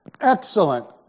Excellent